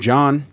John